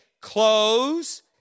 close